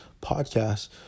podcast